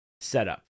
setup